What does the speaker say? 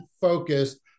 focused